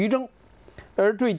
you don't they're drin